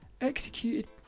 executed